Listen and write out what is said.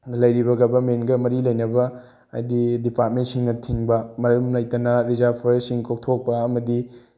ꯂꯩꯔꯤꯕ ꯒꯕꯔꯃꯦꯟꯒ ꯃꯔꯤ ꯂꯩꯅꯕ ꯍꯥꯏꯗꯤ ꯗꯤꯄꯥꯔꯃꯦꯟꯁꯤꯡꯅ ꯊꯤꯡꯕ ꯃꯔꯝ ꯂꯩꯇꯅ ꯔꯦꯖꯥꯔꯞ ꯐꯣꯔꯦꯁꯁꯤꯡ ꯀꯣꯛꯊꯣꯛꯄ ꯑꯃꯗꯤ